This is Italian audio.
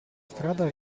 strada